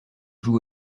joue